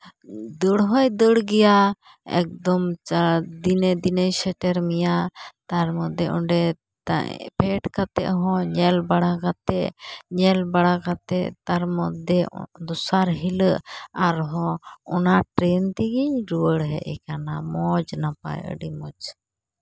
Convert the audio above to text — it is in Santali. ᱫᱟᱹᱲ ᱦᱚᱸᱭ ᱫᱟᱹᱲ ᱜᱮᱭᱟ ᱮᱠᱫᱚᱢ ᱪᱟᱬ ᱫᱤᱱᱮ ᱫᱤᱱᱮᱭ ᱥᱮᱴᱮᱨ ᱢᱮᱭᱟ ᱛᱟᱨ ᱢᱚᱫᱽᱫᱷᱮ ᱚᱸᱰᱮ ᱯᱷᱮᱰ ᱠᱟᱛᱮ ᱦᱚᱸ ᱧᱮᱞ ᱵᱟᱲᱟ ᱠᱟᱛᱮ ᱧᱮᱞ ᱵᱟᱲᱟ ᱠᱟᱛᱮ ᱛᱟᱨ ᱢᱚᱫᱽᱫᱷᱮ ᱫᱚᱥᱟᱨ ᱦᱤᱞᱟᱹᱜ ᱟᱨᱦᱚᱸ ᱚᱱᱟ ᱴᱨᱮᱹᱱ ᱛᱮᱜᱤᱧ ᱨᱩᱣᱟᱹᱲ ᱦᱮᱡ ᱠᱟᱱᱟ ᱢᱚᱡᱽ ᱱᱟᱯᱟᱭ ᱟᱹᱰᱤ ᱢᱚᱡᱽ